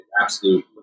absolute